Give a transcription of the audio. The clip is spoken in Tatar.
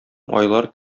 айлар